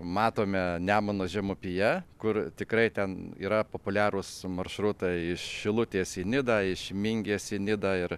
matome nemuno žemupyje kur tikrai ten yra populiarūs maršrutai iš šilutės į nidą iš mingės į nidą ir